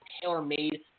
tailor-made